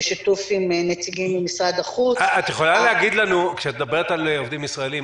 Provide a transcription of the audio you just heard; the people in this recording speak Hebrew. בשיתוף עם נציגים ממשרד החוץ -- כשאת מדברת על עובדים ישראלים,